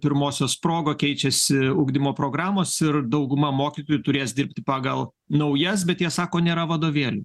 pirmosios proga keičiasi ugdymo programos ir dauguma mokytojų turės dirbti pagal naujas bet jie sako nėra vadovėlių